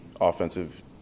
offensive